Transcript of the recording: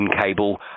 cable